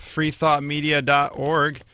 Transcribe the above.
FreeThoughtMedia.org